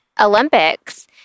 Olympics